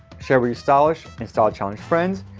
share with your stylish, and style-challenged friends,